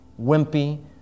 wimpy